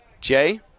Jay